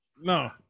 No